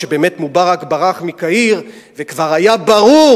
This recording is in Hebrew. כשבאמת מובארק ברח מקהיר וכבר היה ברור